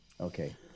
Okay